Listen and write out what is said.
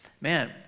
Man